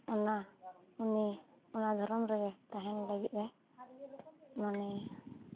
ᱚᱱᱟ ᱩᱱᱤ ᱚᱱᱟ ᱫᱷᱚᱨᱚᱢ ᱨᱮᱜᱮ ᱛᱟᱦᱮᱱ ᱞᱟᱹᱜᱤᱫ ᱮ ᱢᱚᱱᱮᱭᱟ